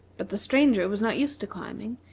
but the stranger was not used to climbing,